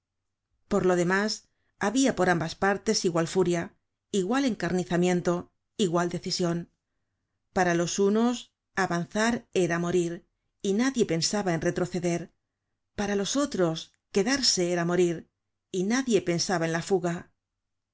por lo demás habia por ambas partes igual furia igual encarniza miento igual decision para los unos avanzar era morir y nadie pensaba en retroceder para los otros quedarse era morir y nadie pensaba en la fuga